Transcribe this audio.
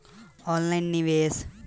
Online निवेस कइसे होला बताईं?